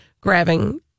grabbing